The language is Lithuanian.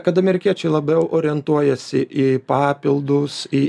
kad amerikiečiai labiau orientuojasi į papildus į